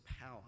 power